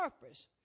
purpose